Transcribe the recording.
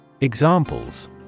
Examples